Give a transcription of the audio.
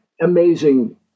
amazing